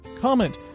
comment